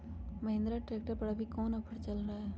Mahindra tractor पर अभी कोन ऑफर चल रहा है?